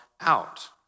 out